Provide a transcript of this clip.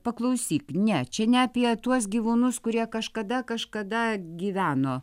paklausyk ne čia ne apie tuos gyvūnus kurie kažkada kažkada gyveno